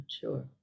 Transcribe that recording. sure